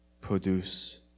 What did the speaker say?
produce